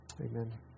amen